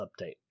Update